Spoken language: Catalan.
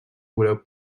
voleu